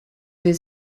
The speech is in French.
des